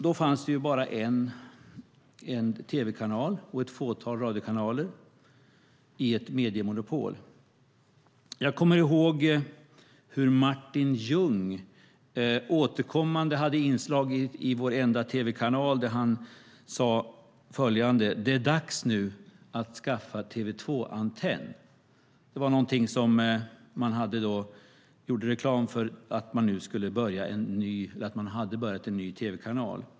Då fanns det bara en tv-kanal och ett fåtal radiokanaler i ett mediemonopol. Jag kommer ihåg hur Martin Ljung återkommande hade inslag i vår enda tv-kanal där han sade följande: Det är dags nu att skaffa TV2-antenn. Man gjorde reklam för att man hade börjat en ny tv-kanal.